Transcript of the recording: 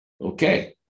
Okay